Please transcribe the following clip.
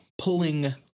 pulling